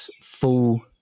full